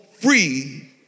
free